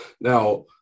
Now